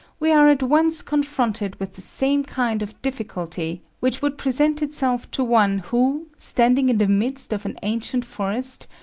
we are at once confronted with the same kind of difficulty which would present itself to one who, standing in the midst of an ancient forest,